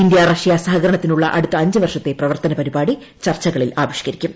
India Russia സഹകരണത്തിനുള്ള അടുത്ത അഞ്ച് വർഷത്തെ പ്രവർത്തന പരിപാടി ചർച്ചകളിൽ ആവിഷ്ക്കരിക്കും